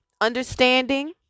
understanding